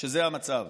שזה המצב.